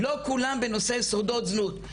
לא כולם בנושא שורדות זנות,